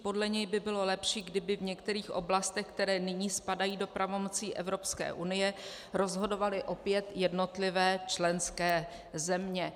Podle něj by bylo lepší, kdyby v některých oblastech, které nyní spadají do pravomocí EU, rozhodovaly opět jednotlivé členské země.